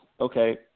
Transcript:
Okay